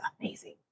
amazing